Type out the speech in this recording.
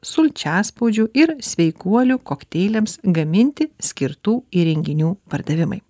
sulčiaspaudžių ir sveikuolių kokteiliams gaminti skirtų įrenginių pardavimai